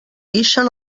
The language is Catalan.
ixen